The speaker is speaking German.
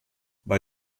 bei